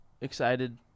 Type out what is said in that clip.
Excited